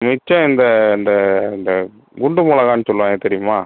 மிச்சம் இந்த இந்த இந்த குண்டு மிளகானு சொல்லுவாங்க தெரியுமா